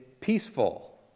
peaceful